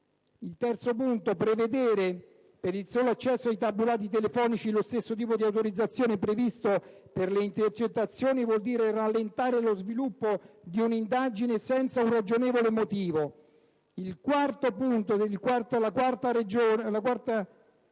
la seguente: «Prevedere per il solo accesso ai tabulati telefonici lo stesso tipo di autorizzazione previsto per le intercettazioni vuol dire rallentare lo sviluppo di un' indagine senza un ragionevole motivo». La quarta: «Escludere dalle